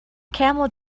camel